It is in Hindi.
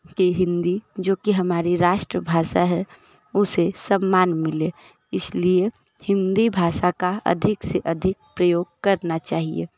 के हिंदी जो कि हमारी राष्ट्रभाषा है उसे सम्मान मिले इसलिए हिंदी भाषा का अधिक से अधिक प्रयोग करना चाहिए